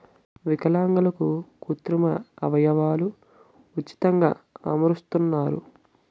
విలాంగులకు కృత్రిమ అవయవాలు ఉచితంగా అమరుస్తున్నారు